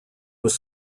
was